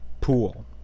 pool